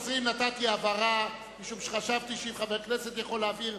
נתתי לשר להבהיר את הדברים משום שחשבתי שאם חבר כנסת יכול להבהיר,